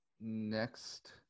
next